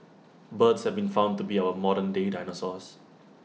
birds have been found to be our modernday dinosaurs